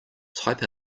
type